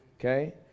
Okay